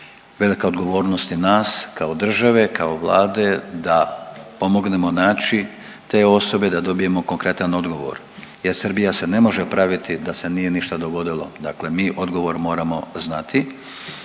velika odgovornost i nas kao države, kao Vlade da pomognemo naći te osobe, da dobijemo konkretan odgovor jer Srbija se ne može praviti da se nije ništa dogodilo, dakle mi odgovor moramo znati.